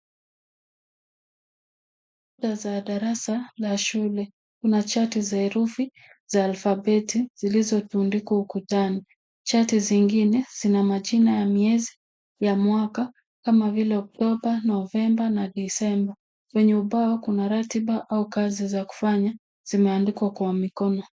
Kuta za darasa za shule kuna shati za za alfabeti zilizotundikwa ukutani. Chati zingine zina majina ya miezi na mwaka kama vile oktoba, novemba na desemba. Kwenye ubao kuna ratiba au kazi za kufanya zimeandikwa kwa mikono.